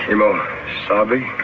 ke-mo sah-bee.